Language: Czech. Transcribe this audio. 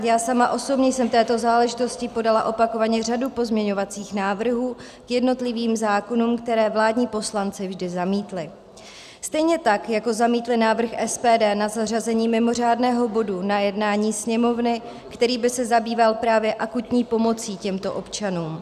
Já sama osobně jsem v této záležitosti podala opakovaně řadu pozměňovacích návrhů k jednotlivým zákonům, které vládní poslanci vždy zamítli, stejně tak, jako zamítli návrh SPD na zařazení mimořádného bodu na jednání Sněmovny, který by se zabýval právě akutní pomocí těmto občanům.